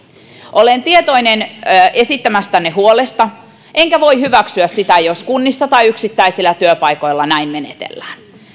olen tietoinen esittämästänne huolesta enkä voi hyväksyä sitä jos kunnissa tai yksittäisillä työpaikoilla näin menetellään